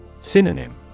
Synonym